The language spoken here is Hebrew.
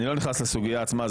אני לא נכנס לסוגיה עצמה,